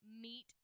meet